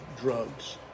drugs